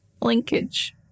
linkage